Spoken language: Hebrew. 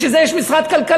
בשביל זה יש משרד כלכלה.